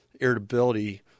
Irritability